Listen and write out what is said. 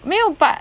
没有 but